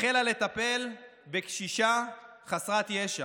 היא החלה לטפל בקשישה חסרת ישע.